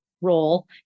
role